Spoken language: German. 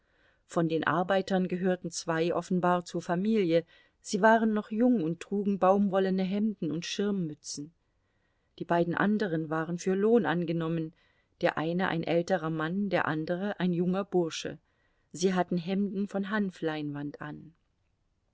von den arbeitern gehörten zwei offenbar zur familie sie waren noch jung und trugen baumwollene hemden und schirmmützen die beiden andern waren für lohn angenommen der eine ein älterer mann der andere ein junger bursche sie hatten hemden von hanfleinwand an